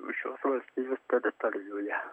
šios valstijos teritorijoje